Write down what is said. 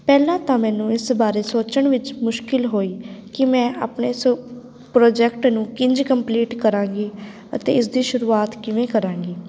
ਪਹਿਲਾਂ ਤਾਂ ਮੈਨੂੰ ਇਸ ਬਾਰੇ ਸੋਚਣ ਵਿੱਚ ਮੁਸ਼ਕਿਲ ਹੋਈ ਕਿ ਮੈਂ ਆਪਣੇ ਸ ਪ੍ਰੋਜੈਕਟ ਨੂੰ ਕਿੰਝ ਕੰਪਲੀਟ ਕਰਾਂਗੀ ਅਤੇ ਇਸ ਦੀ ਸ਼ੁਰੂਆਤ ਕਿਵੇਂ ਕਰਾਂਗੀ